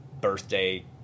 birthday